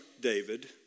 David